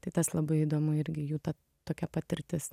tai tas labai įdomu irgi jų ta tokia patirtis